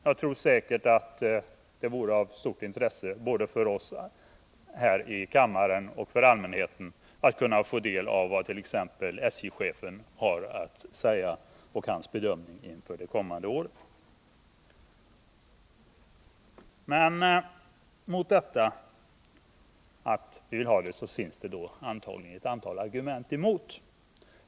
Det vore säkert av stort intresse både för oss här i kammaren och för allmänheten att få del av vad t.ex. SJ-chefen har att säga och vad han gör för bedömning inför det kommande året. Emot detta att vi vill ha offentliga utskottsutfrågningar finns det antagligen ett antal argument.